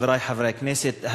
חברי חברי הכנסת,